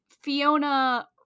Fiona